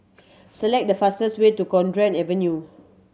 select the fastest way to Cowdray Avenue